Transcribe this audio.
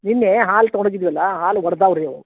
ನಿನ್ನೆ ಹಾಲು ತಗೊಂಡು ಹೋಗಿದ್ವಲ್ಲ ಹಾಲು ಒಡ್ದಾವು ರೀ ಅವು